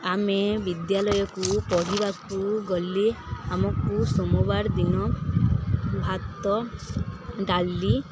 ଆମେ ବିଦ୍ୟାଳୟକୁ ପଢ଼ିବାକୁ ଗଲେ ଆମକୁ ସୋମବାର ଦିନ ଭାତ ଡାଲି